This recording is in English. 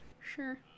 Sure